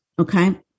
okay